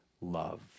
love